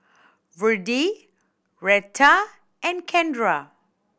Virdie Retta and Kendra